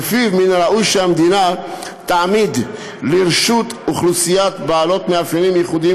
שלפיו מן הראוי שהמדינה תעמיד לרשות אוכלוסיות בעלות מאפיינים ייחודיים